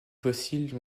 fossiles